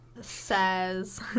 says